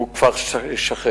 שהוא כפר שכן.